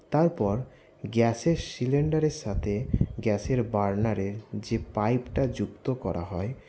তারপর গ্যাসের সিলিন্ডারের সাথে গ্যাসের বার্নারের যে পাইপটা যুক্ত করা হয়